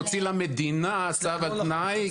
הוא הוציא למדינה צו על תנאי.